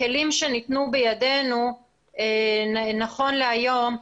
הכלים שניתנו בידינו נכון להיום,